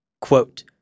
Quote